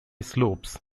slopes